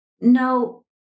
no